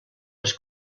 les